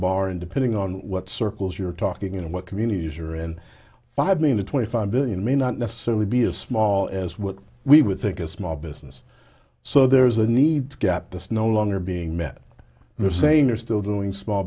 bar and depending on what circles you're talking about communities are in five mean to twenty five billion may not necessarily be as small as what we would think a small business so there is a need to get this no longer being met they're saying they're still doing small